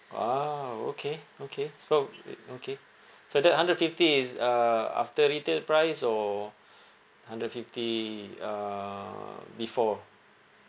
ah okay okay so we okay so that hundred fifty is uh after retail price or hundred fifty uh before